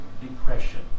depression